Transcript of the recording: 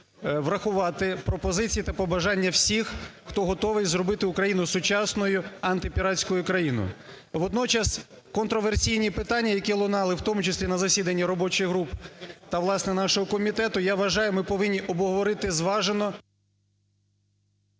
врахувати пропозиції та побажання всіх, хто готовий зробити Україною сучасною антипіратською країною. Водночас контраверсійні питання, які лунали в тому числі на засіданні робочих груп та, власне, нашого комітету, я вважаю, ми повинні обговорити зважено…